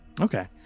Okay